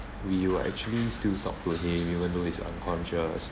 we were actually still talk to him even though he's unconscious